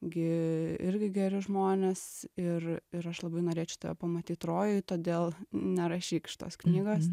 gi irgi geri žmonės ir ir aš labai norėčiau tave pamatyt rojuj todėl nerašyk šitos knygos